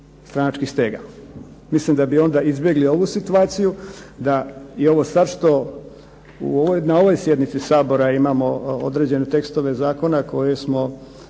stranačkih stega. Mislim da bi onda izbjegli ovu situaciju da i ovo sad što na ovoj sjednici Sabora imamo određene tekstove zakona koje smo